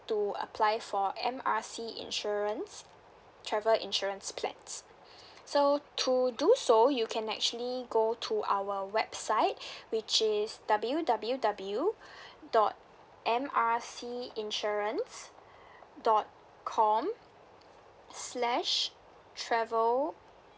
to apply for M R C insurance travel insurance plans so to do so you can actually go to our website which is W W W dot M R C insurance dot com slash travel